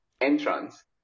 entrance